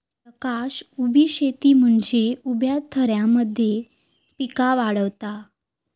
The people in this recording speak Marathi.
प्रकाश उभी शेती म्हनजे उभ्या थरांमध्ये पिका वाढवता